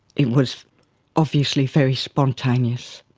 it was obviously very spontaneous,